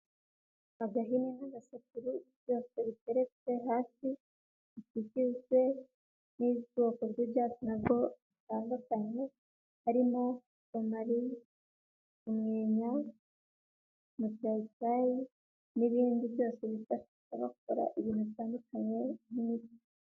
Agahini n'agasekuru byose biteretse hasi bigizwe n'ubwoko bw'ibyatsi nabwo butandukanye harimo romali, umwenya, mucyayicyayi n'ibindi byose bikora ibintu bitandukanye nk'imiti.